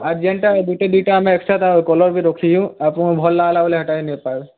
ଆର୍ ଯେନ୍ଟା ଗୁଟେ ଦୁଇଟା ଆମେ ଏକ୍ସଟ୍ରା କଲର୍ ବି ରଖିଛୁଁ ଆପଣ ଭଲ୍ ଲାଗ୍ଲା ବେଲେ ହେଟା ହିଁ ନେଇପାର୍ବେ